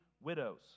widows